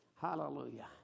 Hallelujah